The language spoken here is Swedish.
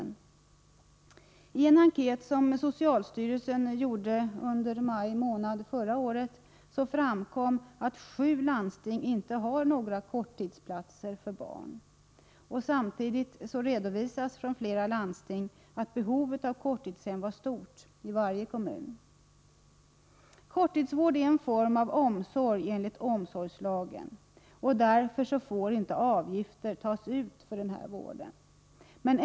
Genom en enkät som socialstyrelsen gjorde under maj månad förra året framkom att sju landsting inte har några korttidsplatser för barn. Samtidigt redovisades från flera landsting att behovet av korttidshem var stort i alla kommuner. Korttidsvård är enligt omsorgslagen en form av omsorg, och därför får avgifter inte tas ut för denna vård.